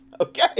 Okay